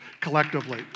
collectively